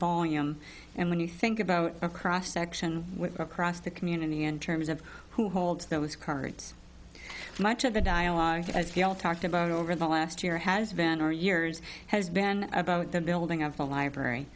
and when you think about a cross section across the community in terms of who holds those cards much of the dialogue talked about over the last year has been or years has been about the building of the library